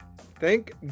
Thank